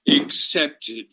accepted